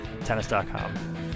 Tennis.com